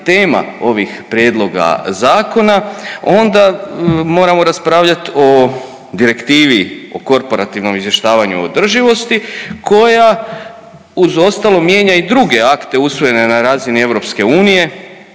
tema ovog prijedloga zakona, onda moramo raspravljat o direktivi o korporativnom izvještavanju i održivosti koja uz ostalo mijenja i druge akte usvojene na razini EU i